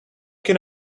can